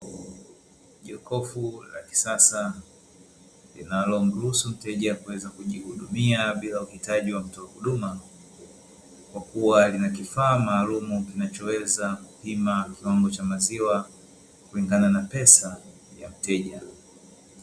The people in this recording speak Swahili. Jokofu la kisasa linalomruhusu mteja kuweza kujihudumia bila uhitaji wa mtoa huduma kwakuwa lina kifaa maalumu, kinachoweza kupima kiwango cha maziwa kulingana na pesa ya mteja.